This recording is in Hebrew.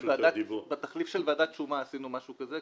--- בתחליף של ועדת השומה עשינו משהו כזה,